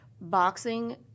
boxing